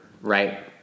right